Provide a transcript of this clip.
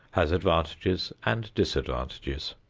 has advantages and disadvantages.